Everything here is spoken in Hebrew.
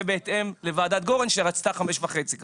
זה בהתאם לוועדת גורן שרצתה חמש וחצי שנים.